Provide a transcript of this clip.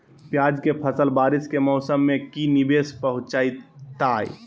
प्याज के फसल बारिस के मौसम में की निवेस पहुचैताई?